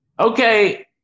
Okay